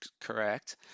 correct